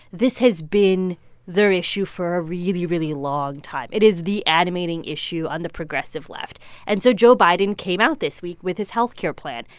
this has been their issue for a really, really long time. it is the animating issue on the progressive left and so joe biden came out this week with his health care plan,